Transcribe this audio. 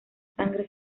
sangre